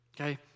Okay